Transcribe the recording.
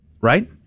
right